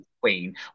queen